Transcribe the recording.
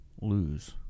lose